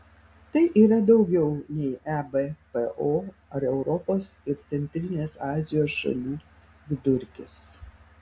tai yra daugiau nei ebpo ar europos ir centrinės azijos šalių vidurkis